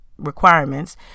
Requirements